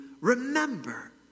remember